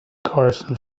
carson